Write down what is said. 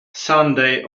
sunday